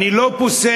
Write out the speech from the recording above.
אני לא פוסל,